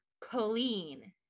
clean